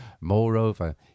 Moreover